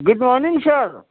good morning sir